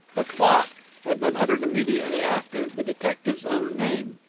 the clock had been uttered immediately after the detective's own name.